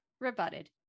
rebutted